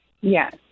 Yes